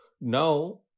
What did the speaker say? Now